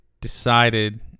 decided